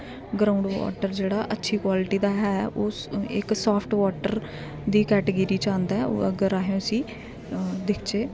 ground water जेह्ड़ा अच्छी quality दा ऐ ओह् इक सॉफ्ट वॉटर दी कैटेगरी च आंदा ऐ ओह् अगर असें उसी दिखचै